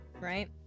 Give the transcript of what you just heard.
right